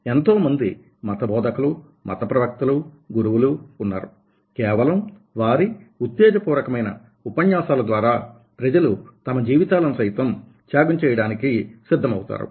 ఎంతోమంది మత బోధకులు మత ప్రవక్తలు గురువులు ఉన్నారు కేవలం వారి ఉత్తేజ పూరకమైన ఉపన్యాసాల ద్వారా ప్రజలు తమ జీవితాలను సైతం త్యాగం చేయడానికి సిద్ధమవుతారు